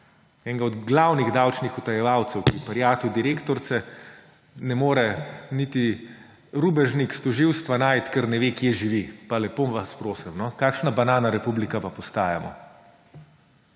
Enega od glavnih davčnih utajevalcev, ki je prijatelj direktorice, ne more niti rubežnik s tožilstva najti, ker ne ve, kje živi. Lepo vas prosim, kakšna banalna republika pa postajamo!